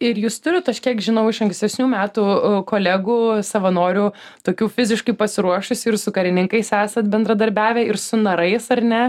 ir jūs turit aš kiek žinau iš ankstesnių metų kolegų savanorių tokių fiziškai pasiruošusių ir su karininkais esat bendradarbiavę ir su narais ar ne